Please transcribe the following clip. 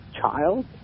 child